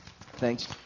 Thanks